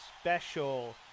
special